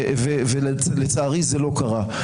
לצערי זה לא קרה.